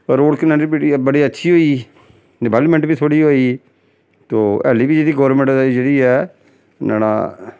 road connectivity बड़ी अच्छी होई गेई डवैलमैंट बी थोह्ड़ी होई गेई तो हल्ली बी एह्ड़ी गौरमैंट जेह्ड़ी ऐ न्हाड़ा